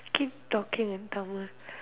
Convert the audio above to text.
keep talking in Tamil